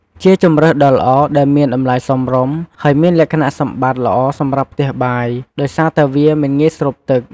ជាជម្រើសដ៏ល្អដែលមានតម្លៃសមរម្យ ហើយមានលក្ខណៈសម្បត្តិល្អសម្រាប់ផ្ទះបាយ ដោយសារតែវាមិនងាយស្រូបទឹក។